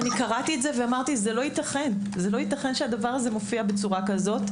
קראתי את זה ואמרתי: לא ייתכן שזה מופיע כך.